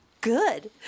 good